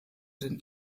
den